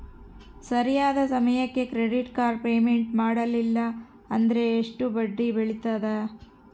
ಸರಿಯಾದ ಸಮಯಕ್ಕೆ credit card payment ಮಾಡಲಿಲ್ಲ ಅಂದ್ರೆ ಎಷ್ಟು ಬಡ್ಡಿ ಬೇಳ್ತದ?